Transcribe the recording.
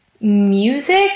music